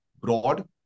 broad